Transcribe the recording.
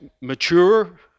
mature